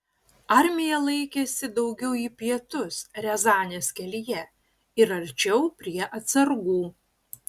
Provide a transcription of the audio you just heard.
armija laikėsi daugiau į pietus riazanės kelyje ir arčiau prie atsargų